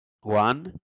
one